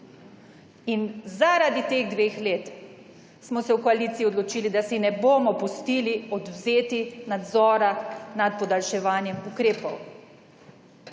Zaradi teh dveh let smo se v koaliciji odločili, da si ne bomo pustili odvzeti nadzora nad podaljševanjem ukrepov.